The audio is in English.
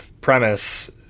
premise